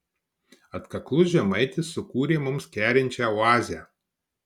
atkaklus žemaitis sukūrė mums kerinčią oazę